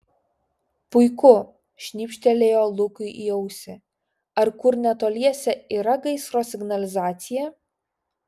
puiku šnibžtelėjo lukui į ausį ar kur netoliese yra gaisro signalizacija